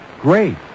great